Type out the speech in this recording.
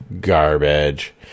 Garbage